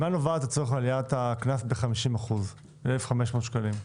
ב-50 אחוזים, ל-1,500 שקלים?